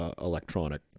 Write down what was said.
electronic